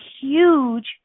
huge